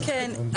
כן.